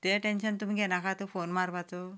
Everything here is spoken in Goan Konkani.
तें टेंशन तुमी घेवनाकात फोन मारपाचो